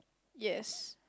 yes